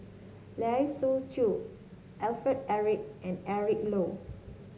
Lai Siu Chiu Alfred Eric and Eric Low